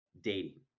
dating